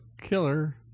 killer